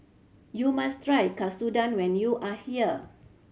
you must try Katsudon when you are here